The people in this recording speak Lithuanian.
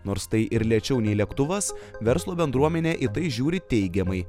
nors tai ir lėčiau nei lėktuvas verslo bendruomenė į tai žiūri teigiamai